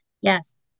Yes